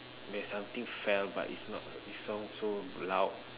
there's something fell but it's not sound so loud